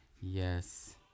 Yes